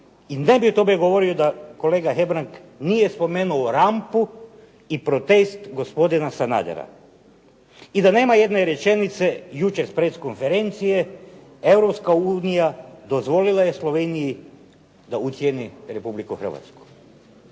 i ne bih o tome govorio da kolega Hebrang nije spomenuo rampu i protest gospodina Sanadera i da nema jedne rečenice jučer s press konferencije, Europska unija dozvolila je Sloveniji da ucjeni Republiku Hrvatsku.